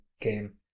game